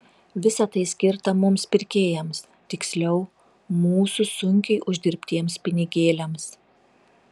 visa tai skirta mums pirkėjams tiksliau mūsų sunkiai uždirbtiems pinigėliams